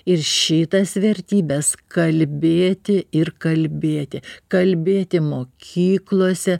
ir šitas vertybes kalbėti ir kalbėti kalbėti mokyklose